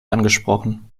angesprochen